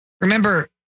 Remember